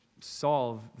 solve